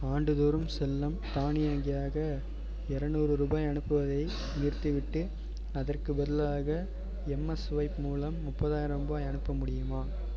ஆண்டுதோறும் செல்லம் தானியங்கியாக இரநூறு ரூபாய் அனுப்புவதை நிறுத்திவிட்டு அதற்குப் பதிலாக எம்எஸ்ஸ்வைப் மூலம் முப்பதாயிரம் ரூபாய் அனுப்ப முடியுமா